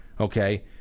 Okay